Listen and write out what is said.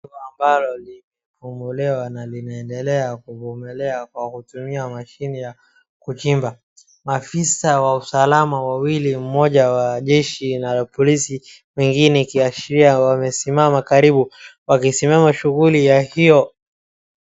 Ambalo limebomolewa na linaendelea kubomolea kwa kutumia mashine ya kuchimba maafisa wa usalama wawili mmoja wa jeshi na la polisi wengine wakiashiria wamesimama karibu wakisimama shughuli ya hiyo.